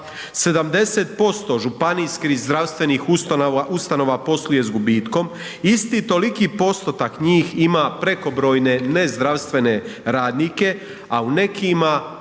70% županijskih zdravstvenih ustanova posluje s gubitkom, isti toliki postotak njih ima prekobrojne nezdravstvene radnike, a u nekima,